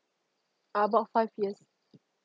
uh bout five years